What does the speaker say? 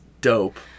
dope